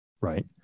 right